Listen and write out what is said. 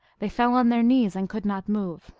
they fell on their knees, and could not move.